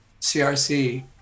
CRC